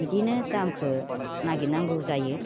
बिदिनो दामखौ नागिरनांगौ जायो